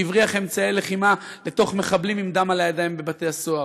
שהבריח אמצעי לחימה למחבלים עם דם על הידיים בבתי-הסוהר,